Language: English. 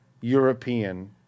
European